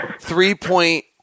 three-point